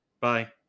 Bye